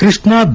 Krishna B